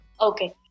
Okay